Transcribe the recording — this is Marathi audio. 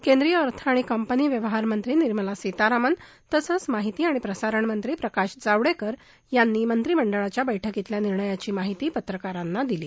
केंद्रीय अर्थ आणि कंपनी व्यवहारमंत्री निर्मला सीतारामन तसंच माहिती आणि प्रसारण मंत्री प्रकाश जावडेकर यांनी मंत्रिमंडळाच्या बैठकीतल्या निर्णायांची माहिती पत्रकारांना दिली